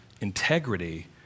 integrity